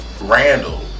Randall